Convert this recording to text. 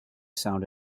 sound